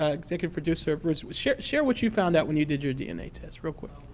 ah executive producer of roots, share share what you found out when you did your dna test, real quick?